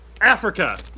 Africa